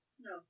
No